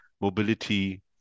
mobility